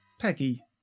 Peggy